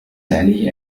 عليه